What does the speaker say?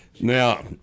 Now